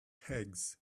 eggs